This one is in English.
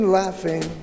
laughing